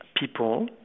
people